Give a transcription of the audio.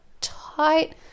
tight